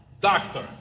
doctor